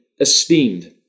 esteemed